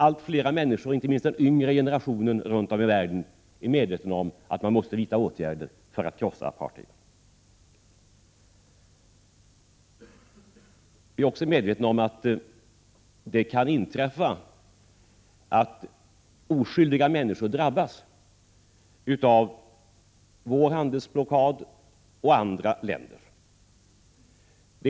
Allt fler människor, inte minst den yngre generationen, runt om i världen är medvetna om att man måste vidta åtgärder för att krossa apartheid. Vi är också medvetna om att det kan inträffa att oskyldiga människor drabbas av Sveriges och andra länders handelsblockad.